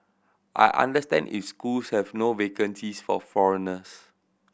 I understand if schools have no vacancies for foreigners